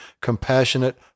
compassionate